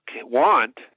want